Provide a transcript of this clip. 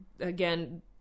Again